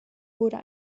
wurden